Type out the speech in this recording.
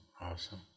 Awesome